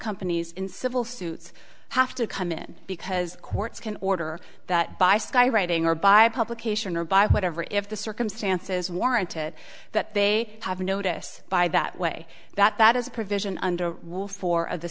companies in civil suits have to come in because courts can order that by skywriting or by publication or by whatever if the circumstances warranted that they have notice by that way that that is a provision under wolf or